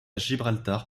gibraltar